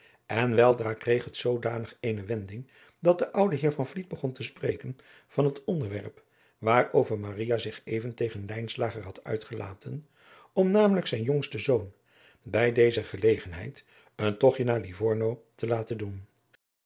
en weldra kreeg het zoodanig eene wending dat de oude heer van vliet begon te spreken van het onderwerp waarover maria zich even tegen lijnslager had uitgelaten om namelijk zijn jongsten zoon bij deze gelegenheid een togtje naar livorno te laten doen